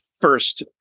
first